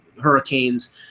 Hurricanes